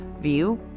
view